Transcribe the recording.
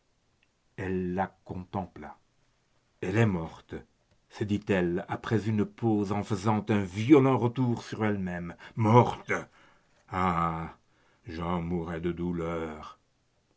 elle la contempla elle est morte se dit-elle après une pause en faisant un violent retour sur elle-même morte ah j'en mourrai de douleur